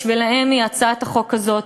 בשבילן הצעת החוק הזאת,